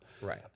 Right